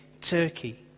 Turkey